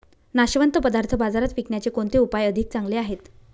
नाशवंत पदार्थ बाजारात विकण्याचे कोणते उपाय अधिक चांगले आहेत?